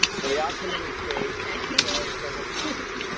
so the outcome of this case was several counts,